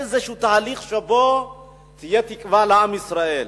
איזה תהליך שבו תהיה תקווה לעם ישראל.